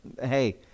Hey